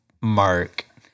mark